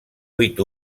vuit